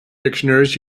dictionaries